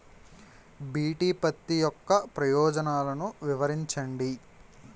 BT పత్తి యొక్క ప్రయోజనాలను వివరించండి?